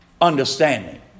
Understanding